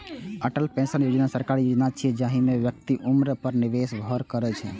Atal pension योजना सरकारी योजना छियै, जाहि मे व्यक्तिक उम्र पर निवेश निर्भर करै छै